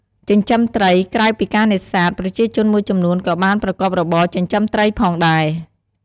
ចិញ្ចឹមត្រី ក្រៅពីការនេសាទ ប្រជាជនមួយចំនួនក៏បានប្រកបរបរ ចិញ្ចឹមត្រី ផងដែរ។